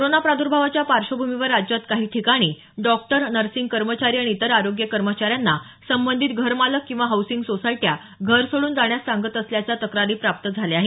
corona प्रादुर्भावाच्या पार्श्वभूमीवर राज्यात काही ठिकाणी डॉक्टर नर्सिंग कर्मचारी आणि इतर आरोग्य कर्मचाऱ्यांना संबंधित घरमालक किंवा हाऊसिंग सोसायट्या घर सोडून जाण्यास सांगत असल्याच्या तक्रारी प्राप्त झाल्या आहेत